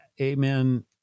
Amen